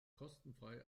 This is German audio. kostenfrei